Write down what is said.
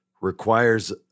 requires